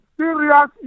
Serious